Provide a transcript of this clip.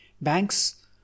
Banks